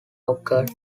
occurred